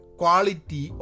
quality